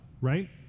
right